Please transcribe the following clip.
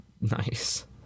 nice